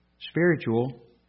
spiritual